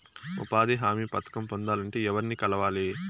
ఉపాధి హామీ పథకం పొందాలంటే ఎవర్ని కలవాలి?